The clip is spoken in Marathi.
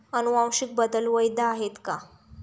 अनुवांशिक बदल वैध आहेत का?